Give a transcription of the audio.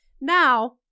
Now